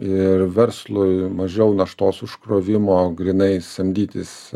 ir verslui mažiau naštos užkrovimo grynai samdytis